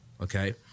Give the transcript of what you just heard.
Okay